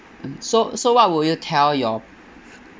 so so what would you tell your